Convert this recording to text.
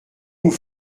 vous